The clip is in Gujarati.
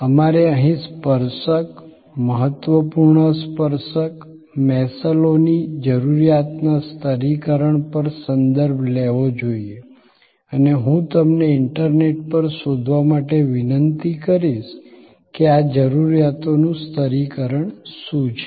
અમારે અહીં સ્પર્શક મહત્વપૂર્ણ સ્પર્શક મેસલોની જરૂરિયાતોના સ્તરીકરણ પર સંદર્ભ લેવો જોઈએ અને હું તમને ઇન્ટરનેટ પર શોધવા માટે વિનંતી કરીશ કે આ જરૂરિયાતોનું સ્તરીકરણ શું છે